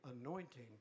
anointing